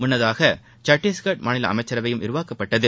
முன்னதாக சத்தீஸ்கர் மாநில அமைச்சரவையும் விரிவாக்கப்பட்டது